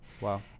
Wow